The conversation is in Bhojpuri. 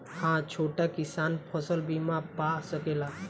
हा छोटा किसान फसल बीमा पा सकेला?